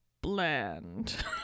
bland